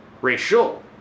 racial